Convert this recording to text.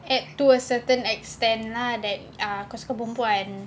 add to a certain extent lah that cause kau kan perempuan